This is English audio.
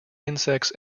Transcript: insects